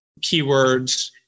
keywords